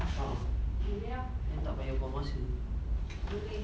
ah ah tak payah buang masa